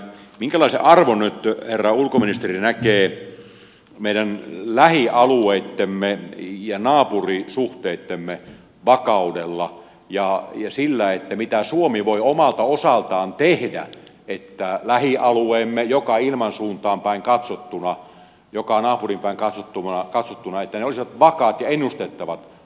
minkälaisen arvon nyt herra ulkoministeri näkee meidän lähialueittemme ja naapurisuhteittemme vakaudella ja sillä mitä suomi voi omalta osaltaan tehdä että lähialueellamme joka ilmansuuntaan päin katsottuna joka naapuriin päin katsottuna olisi vakaat ja ennustettavat olosuhteet